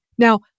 Now